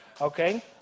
Okay